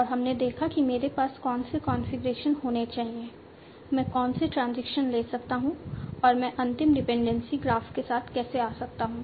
और हमने देखा कि मेरे पास कौन से कॉन्फ़िगरेशन होने चाहिए मैं कौन से ट्रांजिशन ले सकता हूं और मैं अंतिम डिपेंडेंसी ग्राफ के साथ कैसे आ सकता हूं